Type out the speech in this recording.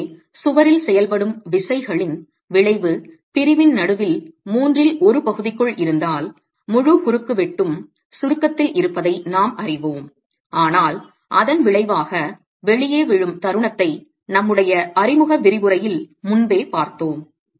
எனவே சுவரில் செயல்படும் விசைகளின் விளைவு பிரிவின் நடுவில் மூன்றில் ஒரு பகுதிக்குள் இருந்தால் முழு குறுக்குவெட்டும் சுருக்கத்தில் இருப்பதை நாம் அறிவோம் ஆனால் அதன் விளைவாக வெளியே விழும் தருணத்தை நம்முடைய அறிமுக விரிவுரையில் முன்பே பார்த்தோம்